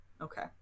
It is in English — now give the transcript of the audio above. Okay